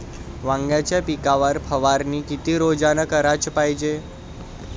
वांग्याच्या पिकावर फवारनी किती रोजानं कराच पायजे?